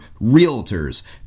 Realtors